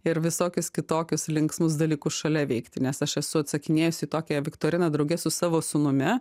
ir visokius kitokius linksmus dalykus šalia veikti nes aš esu atsakinėjusi į tokią viktoriną drauge su savo sūnumi